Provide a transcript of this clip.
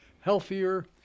healthier